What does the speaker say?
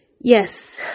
Yes